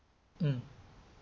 mm